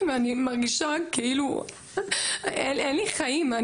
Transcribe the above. אני מרגישה כאילו אין לי חיים,